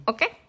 Okay